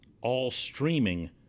all-streaming